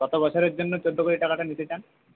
কতো বছরের জন্য চোদ্দো কোটি টাকাটা নিতে চান